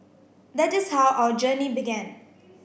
that is how our journey began